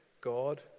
God